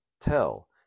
tell